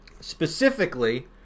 Specifically